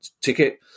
ticket